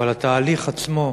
אבל התהליך עצמו,